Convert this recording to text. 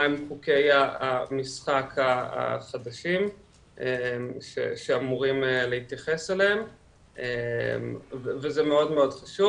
מהם חוקי המשחק החדשים שאמורים להתייחס אליהם וזה מאוד חשוב,